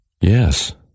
Yes